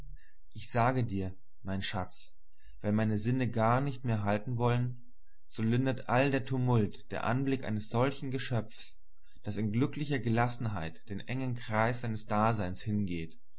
ich sage dir mein schatz wenn meine sinne gar nicht mehr halten wollen so lindert all den tumult der anblick eines solchen geschöpfs das in glücklicher gelassenheit den engen kreis seines daseins hingeht